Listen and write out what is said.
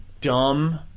dumb